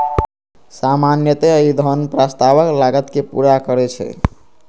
सामान्यतः ई धन प्रस्तावक लागत कें पूरा करै छै